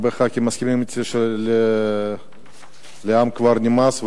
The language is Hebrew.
שהרבה חברי כנסת מסכימים אתי שלעם כבר נמאס,